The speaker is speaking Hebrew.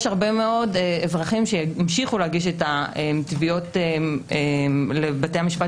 יש הרבה מאוד אזרחים שימשיכו להגיש את התביעות לבתי המשפט